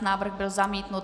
Návrh byl zamítnut.